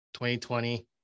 2020